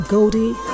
Goldie